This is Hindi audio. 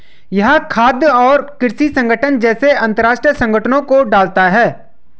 यह खाद्य और कृषि संगठन जैसे अंतरराष्ट्रीय संगठनों को डालता है